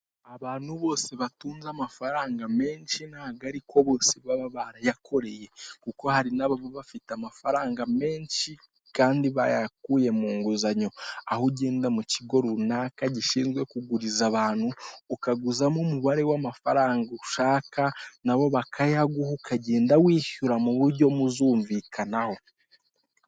Abantu bose batunze amafaranga menshi ntago ariko bose baba barayakoreye, kuko hari n'ababa bafite amafaranga menshi kandi barayakuye mu nguzanyo, aho ugenda mu kigo runaka gishinzwe kuguriza abantu, ukaguzamo umubare w'amafaranga ushaka na bo bakayaguha ukagenda wishyura mu buryo muzumvikanaho.